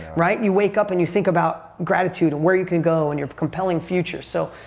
right? you wake up and you think about gratitude and where you can go and your compelling future. so,